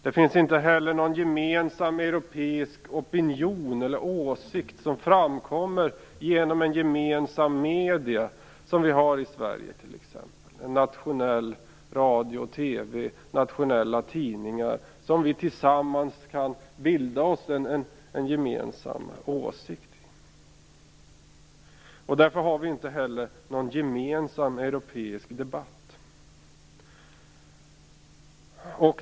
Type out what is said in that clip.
Det finns inte heller någon gemensam europeisk opinion som kan komma fram genom gemensamma medier, som t.ex. en nationell radio och TV, nationella tidningar, som vi har i Sverige t.ex. och som gör att vi tillsammans kan bilda oss en gemensam uppfattning. Därför har vi inte heller någon gemensam europeisk debatt.